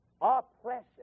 Oppression